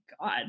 God